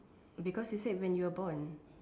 because you said when you were born